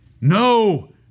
No